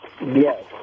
yes